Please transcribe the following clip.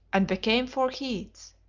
and became four heads.